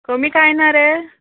कमी कांय ना रे